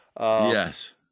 Yes